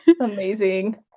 Amazing